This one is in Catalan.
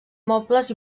mobles